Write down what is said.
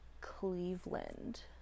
Cleveland